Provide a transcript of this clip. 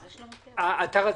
בבקשה.